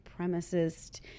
supremacist